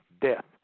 death